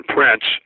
Prince